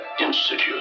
Institute